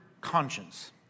conscience